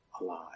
alive